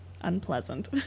unpleasant